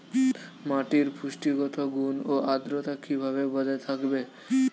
মাটির পুষ্টিগত গুণ ও আদ্রতা কিভাবে বজায় থাকবে?